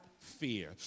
fear